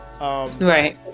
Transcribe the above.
right